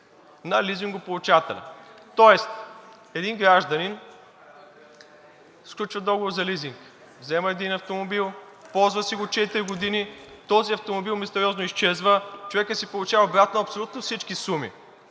на лизингополучателя. Тоест един гражданин сключва договор за лизинг, взема един автомобил, ползва си го четири години, този автомобил мистериозно изчезва, човекът си получава обратно абсолютно всички суми